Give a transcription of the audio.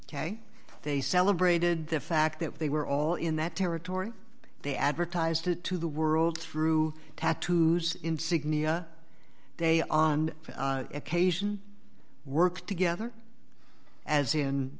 ok they celebrated the fact that they were all in that territory they advertise to to the world through tattoos insignia they on occasion work together as in